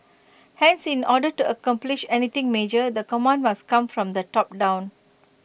hence in order to accomplish anything major the command must come from the top down